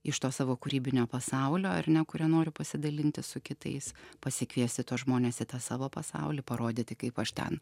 iš to savo kūrybinio pasaulio ar ne kuriuo noriu pasidalinti su kitais pasikviesti tuos žmones į tą savo pasaulį parodyti kaip aš ten